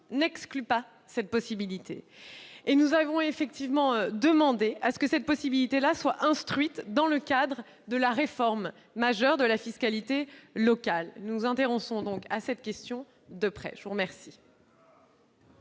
n'exclut pas cette possibilité. Nous avons effectivement demandé que cette possibilité soit instruite dans le cadre de la réforme majeure de la fiscalité locale. Nous nous intéressons donc de près à cette question. La parole est à M.